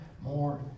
more